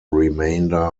remainder